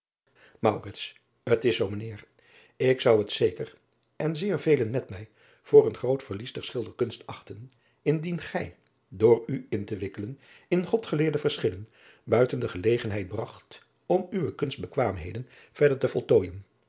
t is zoo mijn heer ik zou het zeker en zeer velen met mij voor een groot verlies der schilderkunst achten indien gij door u in te wikkelen in godgeleerde verschillen buiten de gelegenheid bragt om uwe kunstbekwaamheden verder te voltooijen